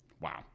Wow